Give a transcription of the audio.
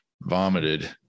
vomited